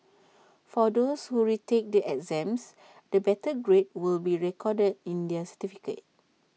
for those who retake the exams the better grade will be recorded in their certificate